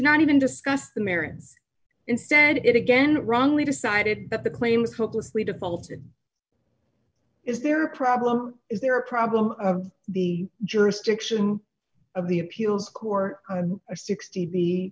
not even discuss the merits instead it again wrongly decided but the claims hopelessly defaulted is there a problem is there a problem the jurisdiction of the appeals court or sixty the